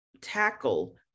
tackle